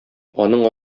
аның